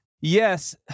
Yes